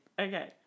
okay